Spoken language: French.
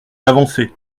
avancées